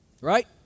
right